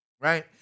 Right